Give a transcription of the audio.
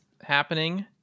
happening